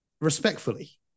respectfully